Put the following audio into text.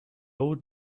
old